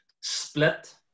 split